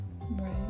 Right